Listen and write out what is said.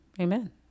Amen